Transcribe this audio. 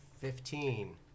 fifteen